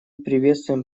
приветствуем